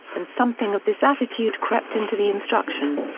and something of this attitude crept into the instruction.